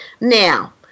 Now